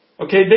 Okay